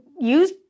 use